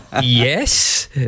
Yes